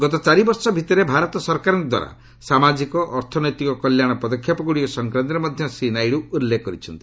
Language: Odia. ଗତ ଚାରି ବର୍ଷ ଭିତରେ ଭାରତ ସରକାରଙ୍କ ଦ୍ୱାରା ସାମାଜିକ ଅର୍ଥନୈତିକ କଲ୍ୟାଣ ପଦକ୍ଷେପଗୁଡ଼ିକ ସଂକ୍ରାନ୍ତରେ ମଧ୍ୟ ଶ୍ରୀ ନାଇଡ଼ୁ ଉଲ୍ଲେଖ କରିଛନ୍ତି